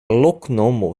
loknomo